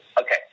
okay